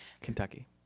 Kentucky